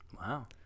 Wow